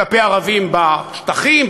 כלפי ערבים בשטחים,